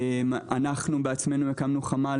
אנו בעצמנו הקמנו חמ"ל,